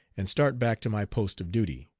and start back to my post of duty.